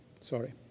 Sorry